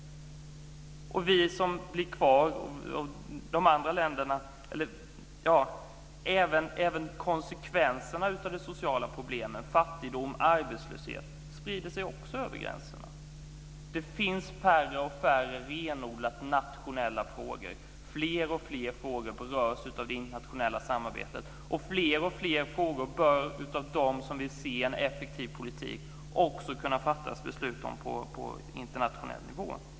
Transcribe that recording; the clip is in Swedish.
Även konsekvenserna av de sociala problemen, som fattigdom och arbetslöshet, sprider sig över gränserna. Det finns färre och färre renodlat nationella frågor. Fler och fler frågor berörs av det internationella samarbetet. Fler och fler frågor där man vill se en effektiv politik bör också kunna fattas beslut om på internationell nivå.